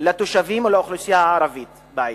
לתושבים ולאוכלוסייה הערבית בעיר,